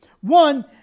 One